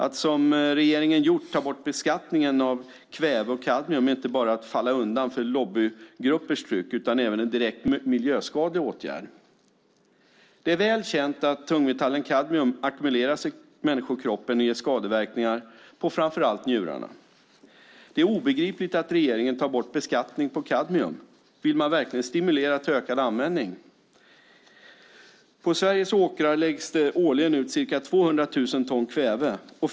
Att, som regeringen gjort, ta bort beskattningen av kväve och kadmium är inte bara att falla undan för lobbygruppers tryck utan även en direkt miljöskadlig åtgärd. Det är väl känt att tungmetallen kadmium ackumuleras i människokroppen och ger skadeverkningar på framför allt njurarna. Det är obegripligt att regeringen tar bort beskattningen på kadmium. Vill man verkligen stimulera till ökad användning? På Sveriges åkrar läggs det årligen ut ca 200 000 ton kväve.